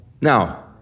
Now